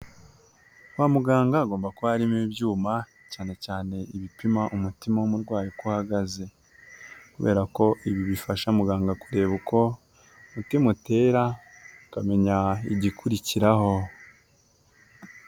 Kwa muganga hagomba kuba harimo ibyuma cyanecyane ibipima umutima w'umurwayi uko uhagaze kubera ko ibi bifasha muganga kureba uko umutima utera akamenya igikurikiraho.